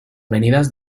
venidas